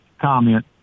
comment